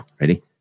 Ready